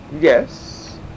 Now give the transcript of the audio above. yes